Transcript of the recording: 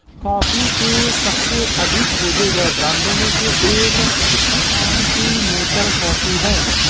coffee के सबसे अधिक खोजे गए ब्रांडों में से एक कॉन्टिनेंटल कॉफ़ी है